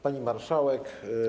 Pani Marszałek!